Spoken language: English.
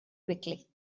quickly